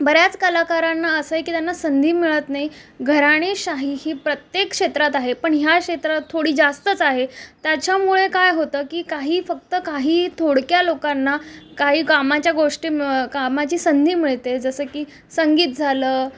बऱ्याच कलाकारांना असं आहे की त्यांना संधी मिळत नाही घराणेशाही ही प्रत्येक क्षेत्रात आहे पण ह्या क्षेत्रात थोडी जास्तच आहे त्याच्यामुळे काय होतं की काही फक्त काही थोडक्या लोकांना काही कामाच्या गोष्टी कामाची संधी मिळते जसं की संगीत झालं